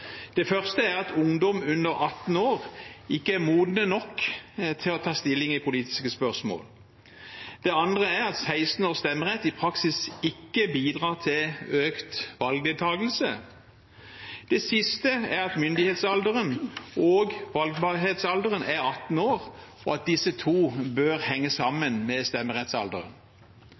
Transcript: Det første er at ungdom under 18 år ikke er modne nok til å ta stilling i politiske spørsmål. Det andre er at stemmerett fra 16 år i praksis ikke bidrar til økt valgdeltakelse. Det siste er at myndighetsalderen og valgbarhetsalderen er 18 år, og at disse to bør henge sammen med stemmerettsalderen.